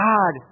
God